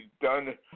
done